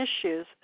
issues